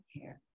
care